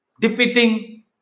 defeating